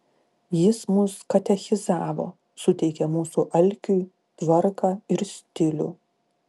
jis mus katechizavo suteikė mūsų alkiui tvarką ir stilių